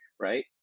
Right